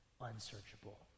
unsearchable